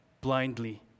blindly